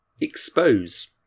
expose